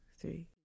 three